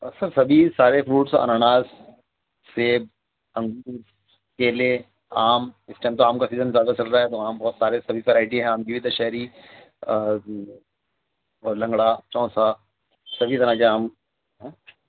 سر سبھی سارے فروٹس انناس سیب انگور کیلے آم اس ٹائم تو آم کا سیزن زیادہ چل رہا ہے تو آم بہت سارے سبھی ورائٹی ہیں آم کی بھی دشہری اور لنگڑا چوسا سبھی طرح کے آم ہیں